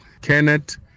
Kenneth